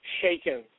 shaken